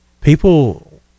people